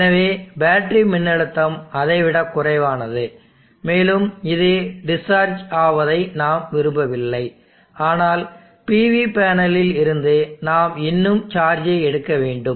எனவே பேட்டரி மின்னழுத்தம் அதைவிடக் குறைவானதுமேலும் இது டிஸ்சார்ஜ் ஆவதை நாம் விரும்பவில்லை ஆனால் PV பேனலில் இருந்து நாம் இன்னும் சார்ஜை எடுக்க வேண்டும்